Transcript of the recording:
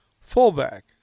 Fullback